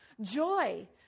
joy